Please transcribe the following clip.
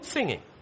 Singing